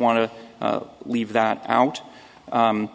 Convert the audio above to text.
want to leave that out but